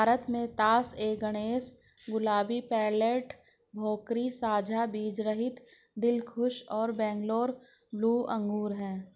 भारत में तास ए गणेश, गुलाबी, पेर्लेट, भोकरी, साझा बीजरहित, दिलखुश और बैंगलोर ब्लू अंगूर हैं